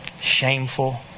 Shameful